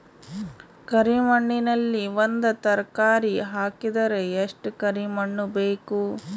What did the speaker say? ಕರಿ ಮಣ್ಣಿನಲ್ಲಿ ಒಂದ ತರಕಾರಿ ಹಾಕಿದರ ಎಷ್ಟ ಕರಿ ಮಣ್ಣು ಬೇಕು?